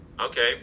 Okay